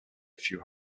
few